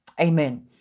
Amen